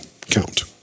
count